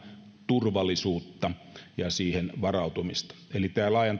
turvallisuutta ja siihen varautumista eli